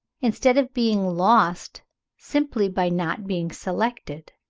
instead of being lost simply by not being selected,